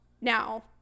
now